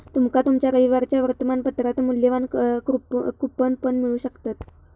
तुमका तुमच्या रविवारच्या वर्तमानपत्रात मुल्यवान कूपन पण मिळू शकतत